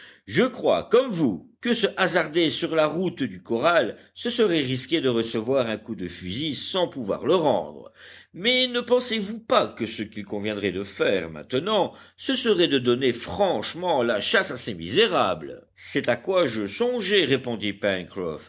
je crois comme vous que se hasarder sur la route du corral ce serait risquer de recevoir un coup de fusil sans pouvoir le rendre mais ne pensezvous pas que ce qu'il conviendrait de faire maintenant ce serait de donner franchement la chasse à ces misérables c'est à quoi je songeais répondit pencroff